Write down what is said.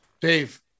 Dave